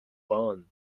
bonn